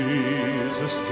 Jesus